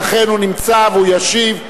ואכן הוא נמצא והוא ישיב.